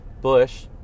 Bush